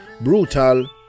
brutal